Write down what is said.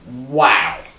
wow